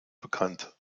bekannt